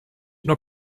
nur